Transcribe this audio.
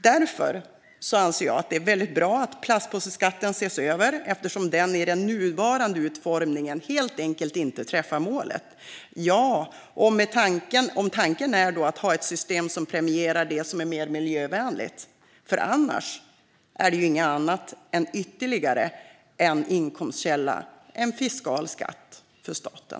Jag anser slutligen att det är väldigt bra att plastpåseskatten ses över eftersom den i den nuvarande utformningen helt enkelt inte träffar målet, om tanken är att ha ett system som premierar det som är mer miljövänligt. Annars är det inget annat än ytterligare en inkomstkälla, en fiskal skatt för staten.